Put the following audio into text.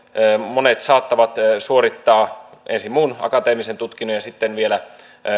monet saattavat suorittaa ensin muun akateemisen tutkinnon ja sitten vielä